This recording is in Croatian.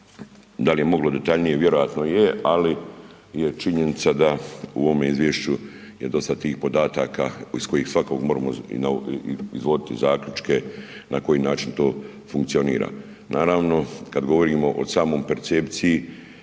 da li je moglo detaljnije, vjerojatno je ali je činjenica da u ovome izvješću je dosta tih podataka iz kojih svakog moramo izvoditi zaključke na koji način to funkcionira. Naravno, kad govorimo o samoj percepciji